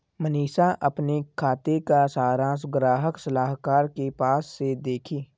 मनीषा अपने खाते का सारांश ग्राहक सलाहकार के पास से देखी